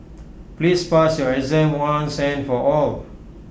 please pass your exam once and for all